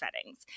settings